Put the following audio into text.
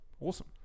Awesome